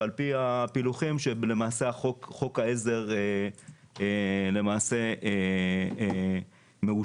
ועל פי הפילוחים שחוק העזר למעשה מאשר.